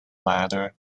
ladder